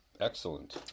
Excellent